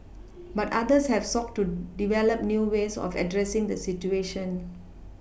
but others have sought to develop new ways of addressing the situation